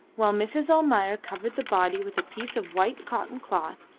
while mrs. almayer covered the body with a piece of white cotton cloth,